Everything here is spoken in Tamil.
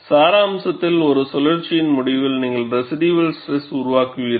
சாராம்சத்தில் ஒரு சுழற்சியின் முடிவில் நீங்கள் ரெசிடுயல் ஸ்ட்ரெஸ் உருவாக்குவீர்கள்